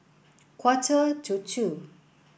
quarter to two